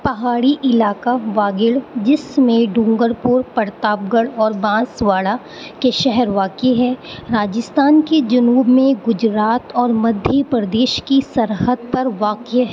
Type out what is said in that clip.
پہاڑی علاقہ واگڑ جس میں ڈونگر پور پرتاپ گڑھ اور بانس واڑہ کے شہر واقع ہیں راجستھان کے جنوب میں گجرات اور مدھیہ پردیش کی سرحد پر واقع ہے